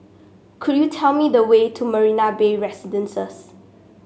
could you tell me the way to Marina Bay Residences